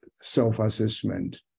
self-assessment